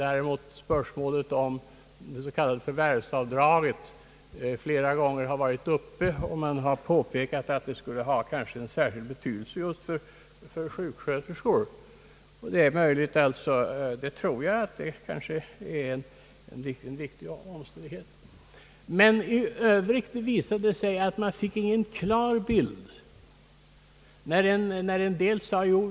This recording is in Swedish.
Spörsmålet om det s.k. förvärvsavdraget har däremot flera gånger varit uppe. Det har påpekats att en ökning av detta avdrag skulle ha särskilt stor betydelse för sjuksköterskorna, och jag tror att det är riktigt. Men i övrigt visade undersökningen att man inte fick någon klar bild av opinionen bland de gifta sköterskorna.